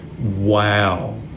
wow